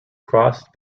crossed